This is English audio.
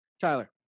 Tyler